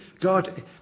God